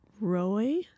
Roy